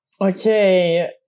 Okay